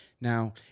Now